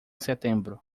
setembro